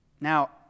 Now